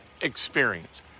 experience